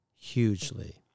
hugely